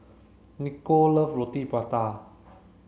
Nicole love Roti Prata